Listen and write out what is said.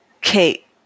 Kate